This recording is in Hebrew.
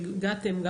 שהגעתם.